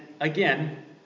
again